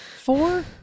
Four